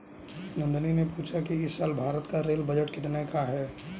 नंदनी ने पूछा कि इस साल भारत का रेल बजट कितने का है?